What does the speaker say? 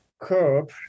curb